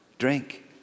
drink